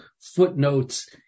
footnotes